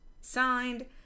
Signed